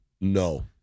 No